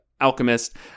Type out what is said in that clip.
Alchemist